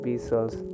B-cells